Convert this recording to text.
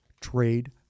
trade